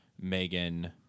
Megan